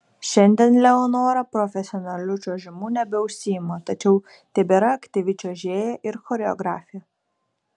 šiandien leonora profesionaliu čiuožimu nebeužsiima tačiau tebėra aktyvi čiuožėja ir choreografė